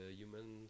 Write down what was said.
human